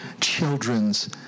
children's